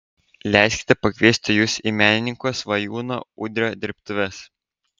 leiskite pakviesti jus į menininko svajūno udrio dirbtuves